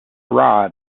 rod